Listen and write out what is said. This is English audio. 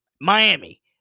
Miami